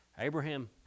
Abraham